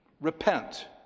Repent